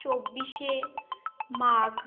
চব্বিশে মাঘ